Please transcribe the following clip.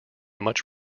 much